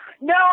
No